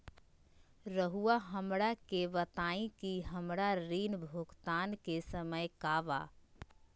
रहुआ हमरा के बताइं कि हमरा ऋण भुगतान के समय का बा?